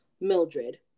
Mildred